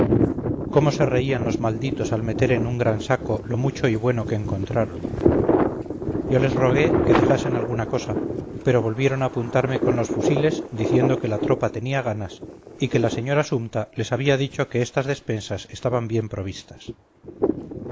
cómo se reían los malditos al meter en un gran saco lo mucho y bueno que encontraron yo les rogué que dejasen alguna cosa pero volvieron a apuntarme con los fusiles diciendo que la tropa tenía ganas y que la señora sumta les había dicho que estas despensas estaban bien provistas